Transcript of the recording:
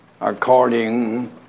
according